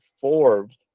Forbes